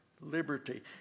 liberty